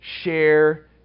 share